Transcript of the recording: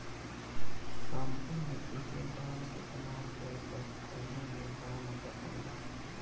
सांभर में एके डाल के बना दअ तअ खाइला में बड़ा मजा आवेला